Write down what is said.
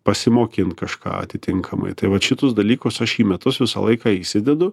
pasimokint kažką atitinkamai tai vat šitus dalykus aš į metus visą laiką įsidedu